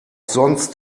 sonst